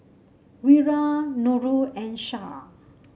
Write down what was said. Wira Nurul and Shah